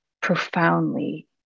profoundly